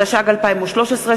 התשע"ג 2013,